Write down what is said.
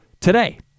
today